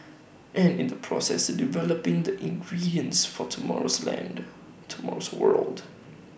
and in the process developing the ingredients for tomorrow's land tomorrow's world